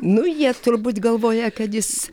nu jie turbūt galvoja kad jis